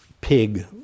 pig